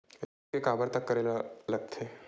ऋण के काबर तक करेला लगथे?